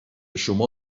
شما